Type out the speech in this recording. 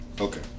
Okay